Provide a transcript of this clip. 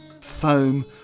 foam